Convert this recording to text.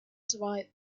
survived